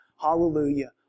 Hallelujah